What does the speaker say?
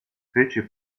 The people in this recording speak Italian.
fece